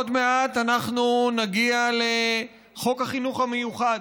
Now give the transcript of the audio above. עוד מעט אנחנו נגיע לחוק החינוך המיוחד,